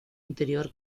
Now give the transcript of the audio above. interior